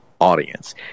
audience